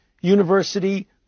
university